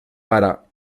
para